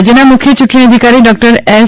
રાજ્યના મુખ્ય ચૂંટણી અધિકારી ડોક્ટર એસ